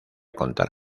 contar